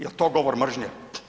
Jel to govor mržnje?